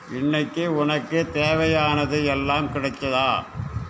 இன்னிக்கி உனக்குத் தேவையானது எல்லாம் கிடைச்சதா